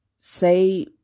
say